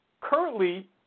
currently